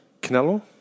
Canelo